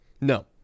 no